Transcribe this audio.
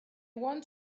want